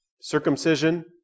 Circumcision